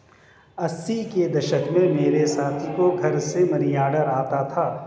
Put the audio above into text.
अस्सी के दशक में मेरे साथी को घर से मनीऑर्डर आता था